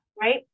Right